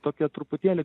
tokia truputėlį